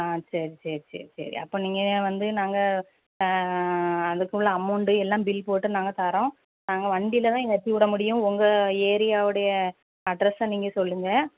ஆ சேரி சேரி சேரி சேரி அப்போ நீங்கள் வந்து நாங்கள் அதுக்குள்ளே அமௌண்டு எல்லாம் பில் போட்டு நாங்கள் தரோம் நாங்க வண்டிலதான் ஏற்றி விட முடியும் உங்கள் ஏரியாவோடைய அட்ரெஸ்ஸை நீங்கள் சொல்லுங்கள்